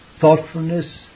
thoughtfulness